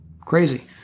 crazy